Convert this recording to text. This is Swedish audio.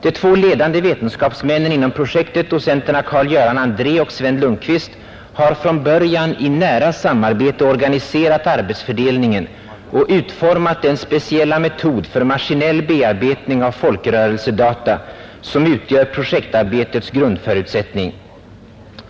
De två ledande vetenskapsmännen inom projektet, docenterna Carl Göran Andrae och Sven Lundkvist, har från början i nära samarbete organiserat arbetsfördelningen och utformat den speciella metod för maskinell bearbetning av folkrörelsedata, som utgör projektarbetets grundförutsättning.